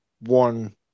one